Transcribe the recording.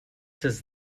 does